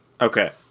Okay